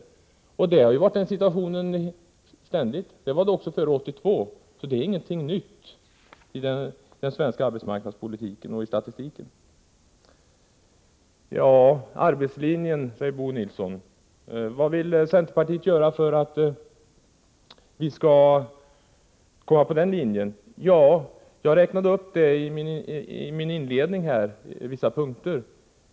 Men detta har ständigt varit vår situation. Det var så långt före 1982, så det är inget nytt i den svenska arbetsmarknadspolitiken och statistiken. Vad vill centerpartiet göra, frågar Bo Nilsson, för att vi skall komma på arbetslinjen? Jag räknade upp vissa punkter i mitt inledningsanförande.